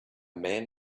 man